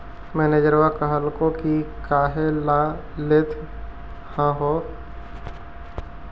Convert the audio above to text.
मैनेजरवा कहलको कि काहेला लेथ हहो?